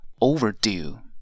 overdue